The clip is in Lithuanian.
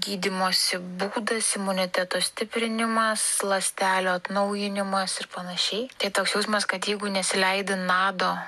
gydymosi būdas imuniteto stiprinimas ląstelių atnaujinimas ir panašiai tai toks jausmas kad jeigu nesileidi nado